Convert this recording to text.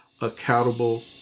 accountable